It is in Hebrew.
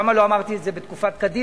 למה לא אמרתי את זה בתקופת קדימה,